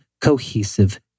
cohesive